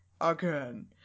Again